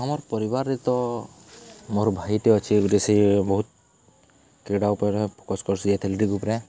ଆମର ପରିବାରରେ ତ ମୋର ଭାଇଟେ ଅଛି ଗୋଟେ ସିଏ ବହୁତ କ୍ରୀଡ଼ା ଉପରେ ଫୋକସ କରୁଛି ଏଥେଲେଟିକ୍ ଉପରେ